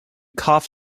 cough